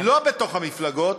לא בתוך המפלגות,